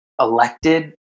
elected